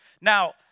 Now